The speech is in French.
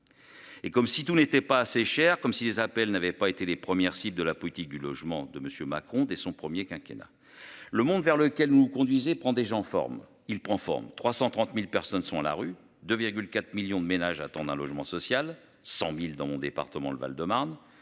Et comme si tout n'était pas assez cher comme si les appels n'avait pas été les premières cibles de la politique du logement de monsieur Macron dès son premier quinquennat. Le monde vers lequel vous conduisez prend des gens forment il prend forme. 330.000 personnes sont à la rue de 4 millions de ménages attendent un logement social 100.000 dans mon département, le Val-de-Marne,